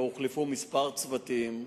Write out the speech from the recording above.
והוחלפו כמה צוותים,